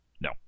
No